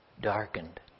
darkened